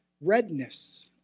redness